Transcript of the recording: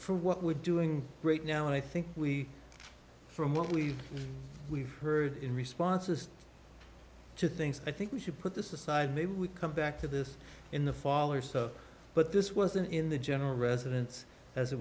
for what we're doing great now i think we from what we we've heard in responses to things i think we should put this aside they would come back to this in the fall or so but this wasn't in the general residence as it